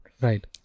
right